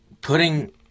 Putting